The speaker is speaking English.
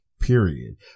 period